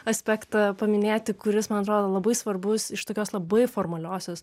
aspektą paminėti kuris man atrodo labai svarbus iš tokios labai formaliosios